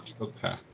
Okay